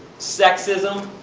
sexism.